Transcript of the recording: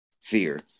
fear